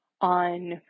on